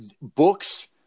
Books